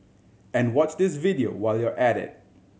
and watch this video while you're at it